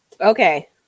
Okay